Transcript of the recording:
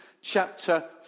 chapter